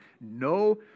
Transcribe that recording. No